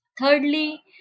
Thirdly